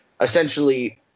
essentially –